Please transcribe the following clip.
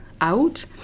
Out